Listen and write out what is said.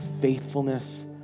faithfulness